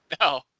No